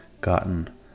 gotten